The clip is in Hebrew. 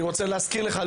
אני רוצה להזכיר לך,